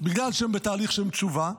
בגלל שהם בתהליך של תשובה,